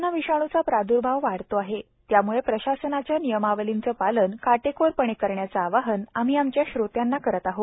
corona विषाणूचा प्राद्भाव वाढत असून त्याम्ळे प्रशासनाच्या नियमवलींचे पालन काटेकोरपणे करण्याचं आवाहन आम्ही आमच्या श्रोत्यांना करीत आहोत